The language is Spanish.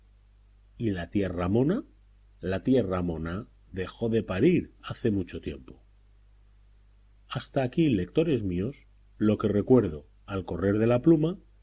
y la tía ramona la tía ramona dejó de parir hace mucho tiempo hasta aquí lectores míos lo que recuerdo al correr de la pluma